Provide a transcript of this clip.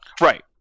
Right